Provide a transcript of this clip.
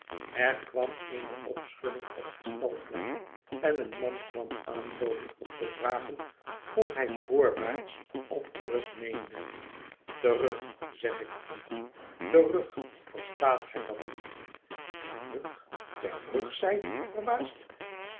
er kwam eene opschuding op het stalplein en een man kwam aanloopen om te vragen of hij voorwaarts of terug meende terug zeg ik u terug verstaat gij dat niet terug terug zeide ik verbaasd